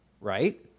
right